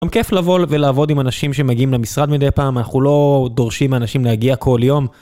גם כיף לבוא ולעבוד עם אנשים שמגיעים למשרד מדי פעם, אנחנו לא דורשים אנשים להגיע כל יום.